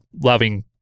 loving